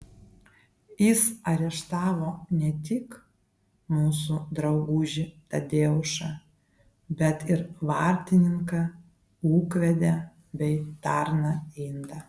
jis areštavo ne tik mūsų draugužį tadeušą bet ir vartininką ūkvedę bei tarną indą